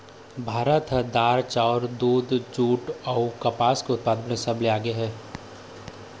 भारत ह दार, चाउर, दूद, जूट अऊ कपास के उत्पादन म सबले आगे हे